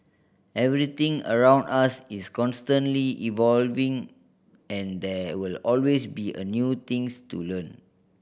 everything around us is constantly evolving and there will always be a new things to learn